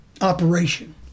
operation